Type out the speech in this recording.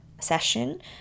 session